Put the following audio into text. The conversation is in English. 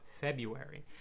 February